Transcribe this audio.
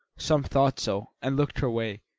some thought so and looked her way,